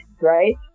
right